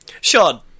Sean